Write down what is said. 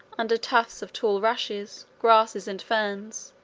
under tufts of tall rushes, grasses, and ferns,